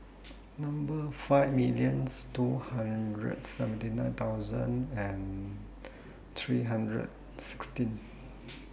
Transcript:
Number five millions two hundred seventy nine thousand and three hundred sixteen